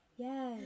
yes